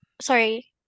Sorry